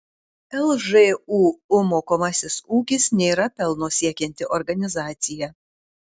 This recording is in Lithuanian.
lžūu mokomasis ūkis nėra pelno siekianti organizacija